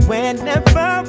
Whenever